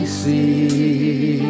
see